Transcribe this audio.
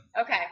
Okay